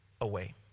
away